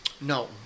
No